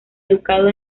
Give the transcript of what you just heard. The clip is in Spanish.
educado